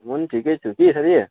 म नि ठिकै छु कि साथी